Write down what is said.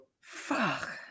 Fuck